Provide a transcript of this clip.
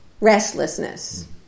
restlessness